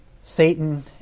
Satan